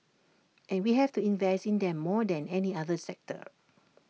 and we have to invest in them more than any other sector